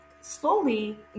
Slowly